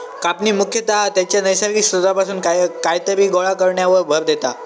कापणी मुख्यतः त्याच्या नैसर्गिक स्त्रोतापासून कायतरी गोळा करण्यावर भर देता